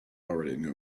already